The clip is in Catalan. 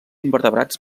invertebrats